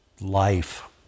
life